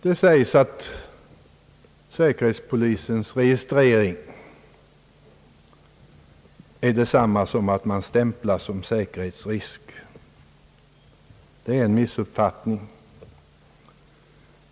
Det sägs att en registrering i säkerhetspolisens register innebär detsamma som att man stämplas såsom säkerhetsrisk. Det är en missuppfattning.